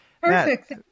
Perfect